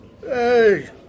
Hey